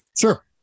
Sure